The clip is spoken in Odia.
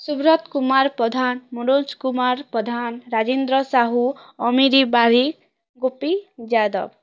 ସୁବ୍ରତ କୁମାର ପ୍ରଧାନ ମନୋଜ କୁମାର ପ୍ରଧାନ ରାଜେନ୍ଦ୍ର ସାହୁ ଅମିରୀ ବାରି ଗୋପୀ ଯାଦବ